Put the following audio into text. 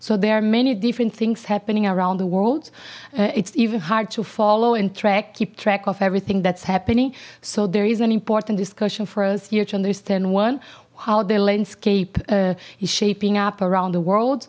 so there are many different things happening around the world it's even hard to follow and track keep track of everything that's happening so there is an important discussion for us here to understand one how the landscape is shaping up around the world